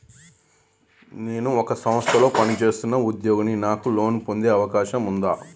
నేను ఒక సంస్థలో పనిచేస్తున్న ఉద్యోగిని నాకు లోను పొందే అవకాశం ఉందా?